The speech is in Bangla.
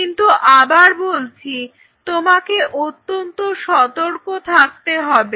কিন্তু আবার বলছি তোমাকে অত্যন্ত সতর্ক থাকতে হবে